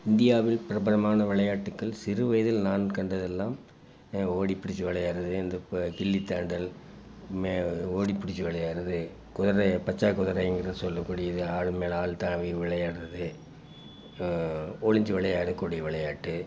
இந்தியாவில் பிரபலமான விளையாட்டுக்கள் சிறுவயதில் நான் கண்டதெல்லாம் ஓடிபிடித்து விளையாட்றது இந்த இப்போ கில்லி தாண்டல் ஓடிபிடிச்சி விளையாட்றது குதிரை பச்ச குதிரை என்று சொல்லக்கூடியது ஆள் மேலே ஆள் தாவி விளையாடுறது ஒளிஞ்சு விளையாடக்கூடிய விளையாட்டு